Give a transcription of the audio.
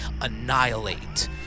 annihilate